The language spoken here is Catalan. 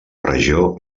regió